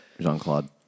Jean-Claude